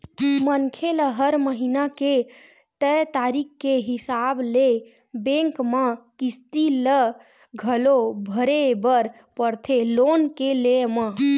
मनखे ल हर महिना के तय तारीख के हिसाब ले बेंक म किस्ती ल घलो भरे बर परथे लोन के लेय म